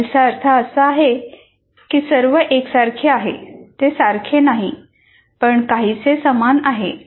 सिमाईल्सचा अर्थ असा नाही की सर्व एकसारखे आहे ते सारखे नाही पण काहीसे समान आहे